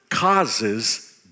Causes